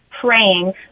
praying